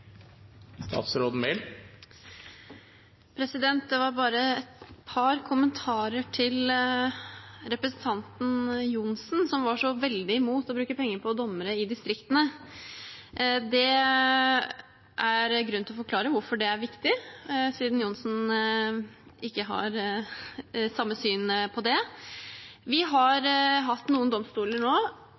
Det var bare et par kommentarer til representanten Johnsen, som var så veldig imot å bruke penger på dommere i distriktene. Det er grunn til å forklare hvorfor det er viktig, siden Johnsen ikke har samme syn på det. Vi har hatt noen domstoler nå